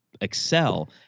excel